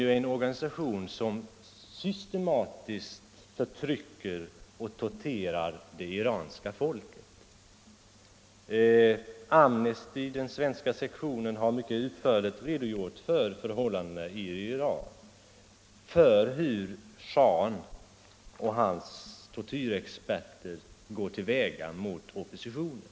Det är en organisation som systematiskt förtrycker och torterar det iranska folket. Amnesty International, den svenska sektionen, har mycket utförligt redogjort för förhållandena i Iran, för hur shahen och hans tortyrexperter går till väga mot oppositionen.